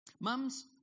Mums